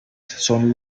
son